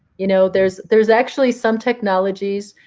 you know there's there's actually some technologies,